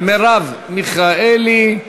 מרב מיכאלי,